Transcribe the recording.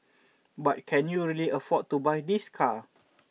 but can you really afford to buy this car